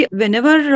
whenever